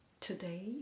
Today